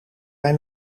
hij